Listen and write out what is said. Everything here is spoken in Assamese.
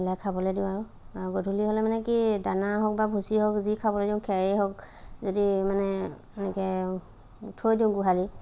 মিলাই খাবলৈ দিওঁ আৰু গধূলি হ'লে মানে কি দানা হওক বা ভুচি হওক যি খাবলৈ দিওঁ খেৰে হওক যদি মানে এনেকৈ থৈ দিওঁ গোহালিত